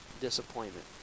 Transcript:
disappointment